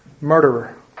murderer